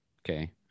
Okay